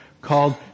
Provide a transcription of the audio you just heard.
called